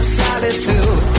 solitude